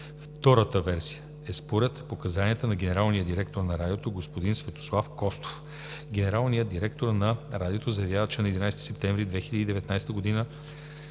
Втората версия е според показанията на генералния директор на Радиото господин Светослав Костов. Генералният директор на Радиото заявява, че за твърдяното